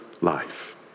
life